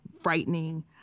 frightening